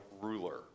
ruler